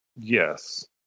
Yes